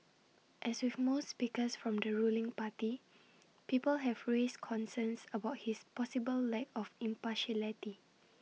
as with most speakers from the ruling party people have raised concerns about his possible lack of impartiality